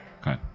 Okay